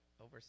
over